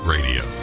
Radio